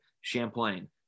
Champlain